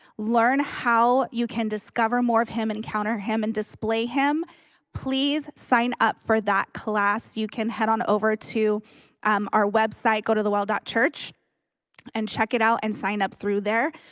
learn how you can discover more of him and counter him and display him please sign up for that class you can head on over to um our website go to the well dot church and check it out and sign up through there.